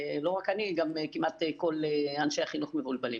לא רק אני, גם כמעט כל אנשי החינוך מבולבלים.